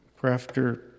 Crafter